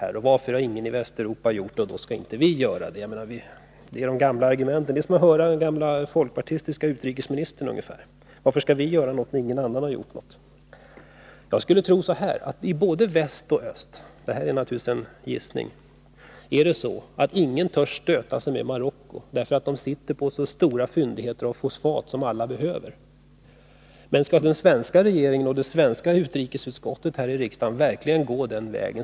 Ingen i Västeuropa har erkänt Demokratiska sahariska arabrepubliken, och därför bör inte heller vi göra det, säger Axel Andersson. Det är de gamla vanliga argumenten. Det är som att höra den förre folkpartistiske utrikesministern — varför skall vi göra någonting när ingen annan har gjort någonting? Jag skulle tro att i både väst och öst är det så — detta är naturligtvis en gissning — att ingen törs stöta sig med Marocko, därför att detta land sitter på så stora fyndigheter av fosfat, som alla behöver. Men skall den svenska regeringen och det svenska utrikesutskottet här i riksdagen verkligen gå den vägen?